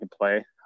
play